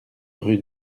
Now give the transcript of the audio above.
rue